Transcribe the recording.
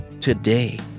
today